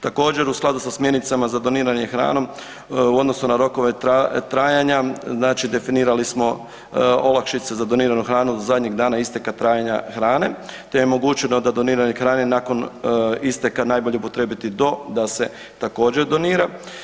Također, u skladu sa smjernicama za doniranje hranom u odnosu na rokove trajanja, znači definirali smo olakšice za doniranu hranu do zadnjeg dana isteka trajanja hrane te je omogućeno da doniranje hrane nakon isteka „najbolje upotrijebiti do“ da se također donira.